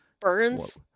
burns